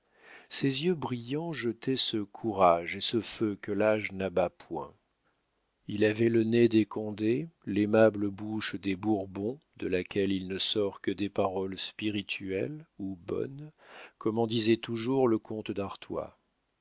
ses yeux brillants jetaient ce courage et ce feu que l'âge n'abat point il avait le nez des condé l'aimable bouche des bourbons de laquelle il ne sort que des paroles spirituelles ou bonnes comme en disait toujours le comte d'artois